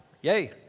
Yay